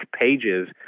pages